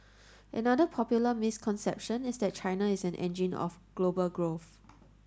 another popular misconception is that China is an engine of global growth